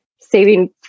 saving